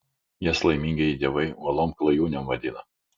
jas laimingieji dievai uolom klajūnėm vadina